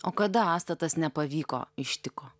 o kada asta tas nepavyko ištiko